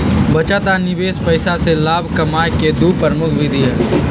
बचत आ निवेश पैसा से लाभ कमाय केँ दु प्रमुख विधि हइ